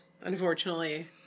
unfortunately